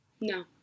No